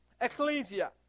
Ecclesia